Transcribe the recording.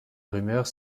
rumeurs